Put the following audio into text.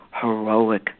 heroic